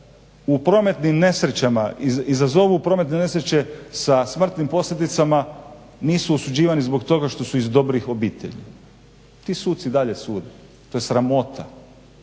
u prometnim nesrećama, izazovu prometne nesreće sa smrtnim posljedicama, nisu osuđivani zbog toga što su iz dobrih obitelji. Ti suci i dalje sude. To je sramota!